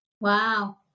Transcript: Wow